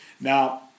Now